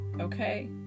Okay